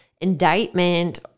indictment